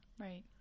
Right